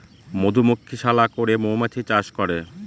মধুমক্ষিশালা করে মৌমাছি চাষ করে